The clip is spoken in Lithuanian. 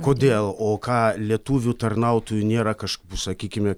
kodėl o ką lietuvių tarnautojų nėra kažkokių sakykime